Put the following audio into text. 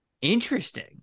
interesting